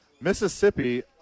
Mississippi